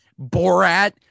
Borat